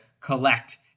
collect